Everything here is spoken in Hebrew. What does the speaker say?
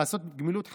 לעשות גמילות חסדים,